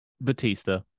Batista